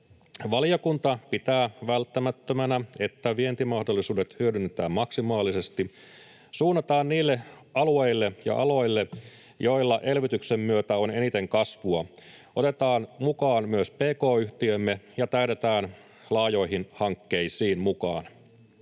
Valiokunta pitää välttämättömänä, että vientimahdollisuudet hyödynnetään maksimaalisesti, suunnataan niille alueille ja aloille, joilla elvytyksen myötä on eniten kasvua, otetaan mukaan myös pk-yhtiömme ja tähdätään laajoihin hankkeisiin mukaan.